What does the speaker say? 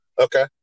Okay